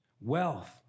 wealth